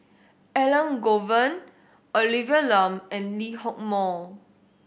Elangovan Olivia Lum and Lee Hock Moh